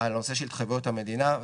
על הנושא של התחייבויות המדינה וזה,